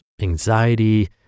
anxiety